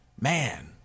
Man